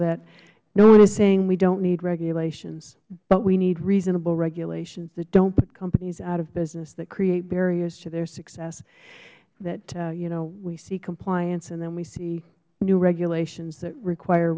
that no one is saying we don't need regulations but we need reasonable regulations that don't put companies out of business that create barriers to their success that you know we see compliance and then we see new regulations that require